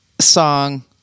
song